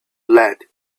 lead